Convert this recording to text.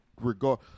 regard